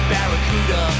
Barracuda